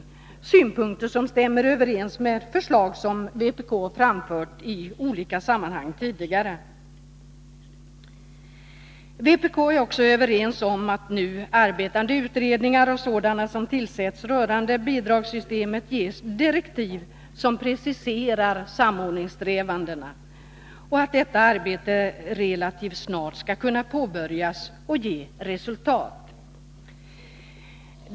Detta är synpunkter som stämmer överens med förslag som vpk har framfört i olika sammanhang tidigare. Vpk är också överens med övriga om att nu arbetande utredningar och sådana som tillsätts rörande bidragssystemet skall ges direktiv som preciserar samordningsssträvandena och att detta arbete relativt snart skall kunna påbörjas och ge resultat.